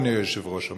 אדוני היושב-ראש,